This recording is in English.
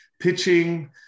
pitching